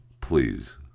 please